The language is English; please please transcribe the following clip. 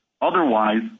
Otherwise